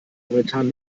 momentan